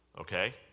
okay